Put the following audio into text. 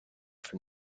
from